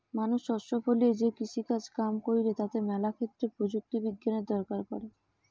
মানুষ শস্য ফলিয়ে যে কৃষিকাজ কাম কইরে তাতে ম্যালা ক্ষেত্রে প্রযুক্তি বিজ্ঞানের দরকার পড়ে